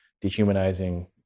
dehumanizing